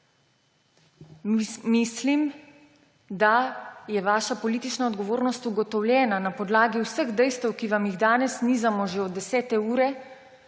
Mislim, da je vaša politična odgovornost ugotovljena. Na podlagi vseh dejstev, ki vam jih danes nizamo že od 10. ure,